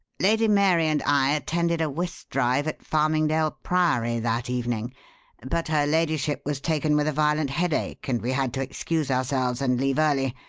lady mary and i attended a whist drive at farmingdale priory that evening but her ladyship was taken with a violent headache and we had to excuse ourselves and leave early.